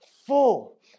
full